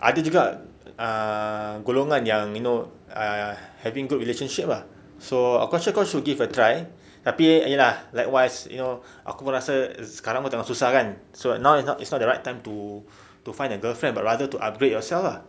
ada juga ah golongan yang you know uh having good relationships ah so aku rasa kau should give a try tapi ye lah likewise you know aku rasa sekarang tengah susah kan so now it's not it's not the right time to to find a girlfriend but rather to upgrade yourself ah